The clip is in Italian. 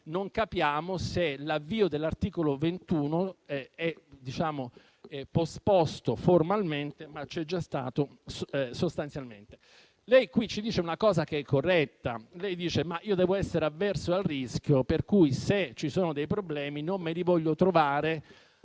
non capiamo se l'avvio dell'articolo 21 sia stato posposto formalmente, ma c'è già stato sostanzialmente. Lei qui ci dice una cosa corretta, cioè che dev'essere avverso al rischio, per cui se ci sono dei problemi, non vuole trovarli